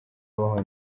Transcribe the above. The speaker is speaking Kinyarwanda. abaho